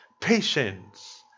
patience